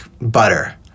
butter